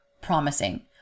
promising